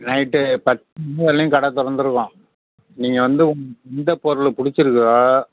night பத் ஒம்பதுலேருந்து கடை திறந்துருக்கும் நீங்கள் வந்து எந்தப் பொருள் பிடிச்சிருக்குதோ